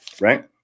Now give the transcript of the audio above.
right